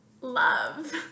love